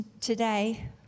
today